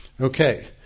Okay